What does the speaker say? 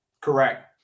Correct